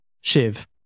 Shiv